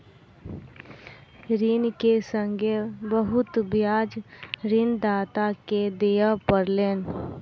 ऋण के संगै बहुत ब्याज ऋणदाता के दिअ पड़लैन